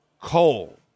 coal